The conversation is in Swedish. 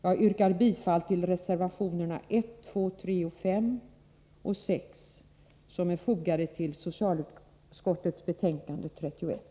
Jag yrkar bifall till reservationerna 1, 2, 3, 5 och 6 som är fogade till socialutskottets betänkande 31.